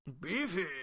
Beefy